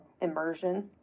immersion